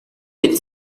with